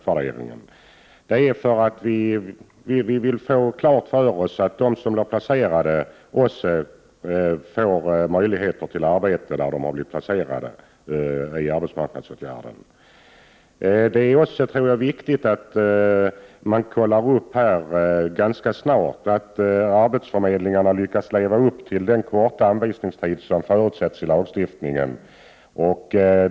Anledningen till denna begäran är att vi vill få klart för oss att de som placerats också får möjlighet till arbete där de har blivit placerade via arbetsmarknadsåtgärden. Det är också viktigt att ganska snart kontrollera att arbetsförmedlingarna lyckas leva upp till den korta anvisningstid som förutsätts i lagstiftningen.